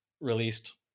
released